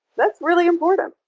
that's really important.